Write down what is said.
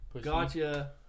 Gotcha